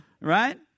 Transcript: right